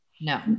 No